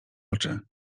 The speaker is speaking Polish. oczy